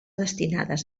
destinades